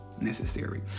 necessary